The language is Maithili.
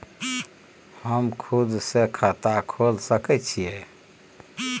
हम खुद से खाता खोल सके छीयै?